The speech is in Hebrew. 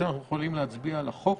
אנחנו יכולים להצביע על החוק.